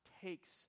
takes